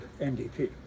NDP